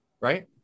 right